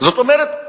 זאת אומרת,